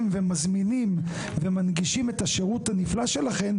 ומזמינים ומנגישים את השירות הנפלא שלכם,